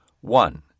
One